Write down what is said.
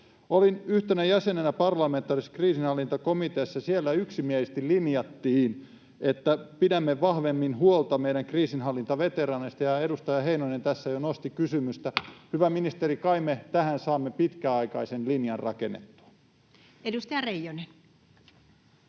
Olin yhtenä jäsenenä parlamentaarisessa kriisinhallintakomiteassa. Siellä yksimielisesti linjattiin, että pidämme vahvemmin huolta meidän kriisinhallintaveteraaneista, ja edustaja Heinonen tässä jo nosti kysymystä. Hyvä ministeri, kai me tähän saamme pitkäaikaisen linjan rakennettua? [Speech